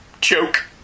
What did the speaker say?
choke